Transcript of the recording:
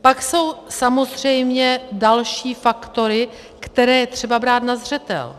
Pak jsou samozřejmě další faktory, které je třeba brát na zřetel.